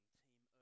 team